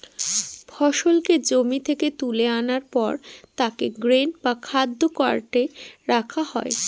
ফসলকে জমি থেকে তুলে আনার পর তাকে গ্রেন বা খাদ্য কার্টে রাখা হয়